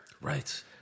Right